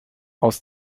aus